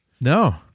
No